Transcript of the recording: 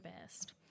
best